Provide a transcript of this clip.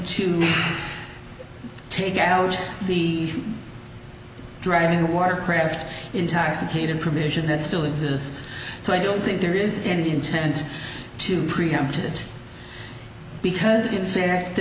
to take out the driving watercraft intoxicated provision that still exists so i don't think there is any intent to preempt it because in fact the